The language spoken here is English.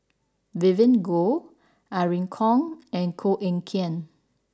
Vivien Goh Irene Khong and Koh Eng Kian